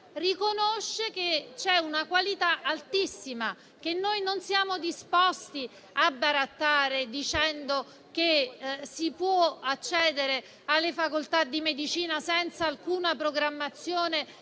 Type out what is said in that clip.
riconosce che c'è una qualità altissima, che noi non siamo disposti a barattare dicendo che si può accedere alle facoltà di medicina senza alcuna programmazione